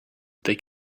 they